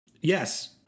yes